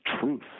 truth